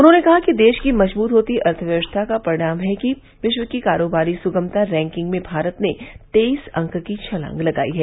उन्होंने कहा कि देश की मजबूत होती अर्थव्यवस्था का ही परिणाम है कि विश्व की कारोबारी सुगमता रैंकिंग में भारत ने तेईस अंक की छलांग लगाई है